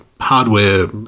hardware